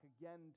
again